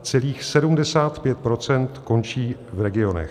Celých 75 % končí v regionech.